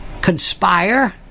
conspire